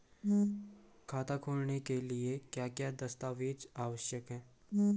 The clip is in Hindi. खाता खोलने के लिए क्या क्या दस्तावेज़ आवश्यक हैं?